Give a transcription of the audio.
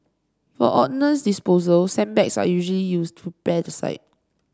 for ordnance disposal sandbags are usually used to prepare the site